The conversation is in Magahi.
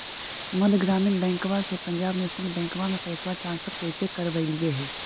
मध्य ग्रामीण बैंकवा से पंजाब नेशनल बैंकवा मे पैसवा ट्रांसफर कैसे करवैलीऐ हे?